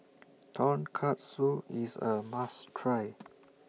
Tonkatsu IS A must Try